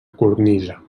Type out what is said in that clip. cornisa